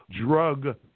drug